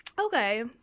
Okay